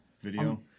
Video